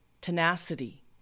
tenacity